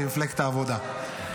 ממפלגת העבודה.